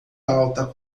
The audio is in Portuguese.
alta